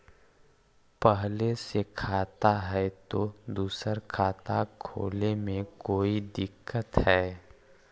पहले से खाता है तो दूसरा खाता खोले में कोई दिक्कत है?